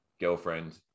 girlfriend